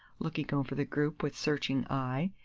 looking over the group with searching eye.